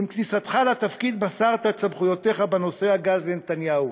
עם כניסתך לתפקיד מסרת את סמכויותיך בנושא הגז לנתניהו.